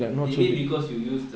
maybe because you use the